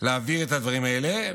להביא את הדברים האלה,